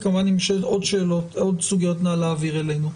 כמובן אם יש עוד סוגיית, נא להעביר אלינו.